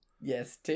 Yes